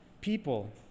people